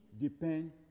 depend